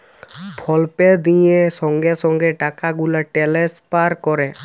ফল pay দিঁয়ে সঙ্গে সঙ্গে টাকা গুলা টেলেসফার ক্যরে